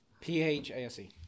P-H-A-S-E